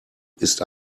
ist